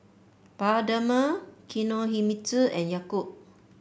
Bioderma Kinohimitsu and Yakult